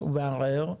לערער,